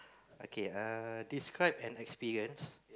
okay err describe an experience